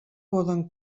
poden